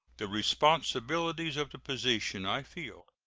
the responsibilities of the position i feel,